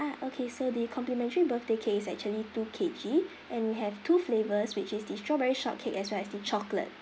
ah okay so the complimentary birthday cake is actually two K_G and have two flavours which is the strawberry shortcake as well as the chocolate